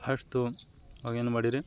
first ତ ଅଙ୍ଗନବାଡ଼ିରେ